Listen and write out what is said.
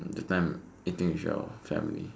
that time eating with your family